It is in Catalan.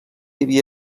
havia